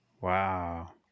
wow